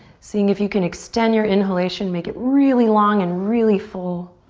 seeing if you can extend your inhalation, make it really long and really full.